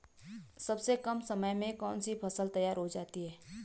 सबसे कम समय में कौन सी फसल तैयार हो जाती है?